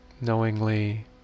knowingly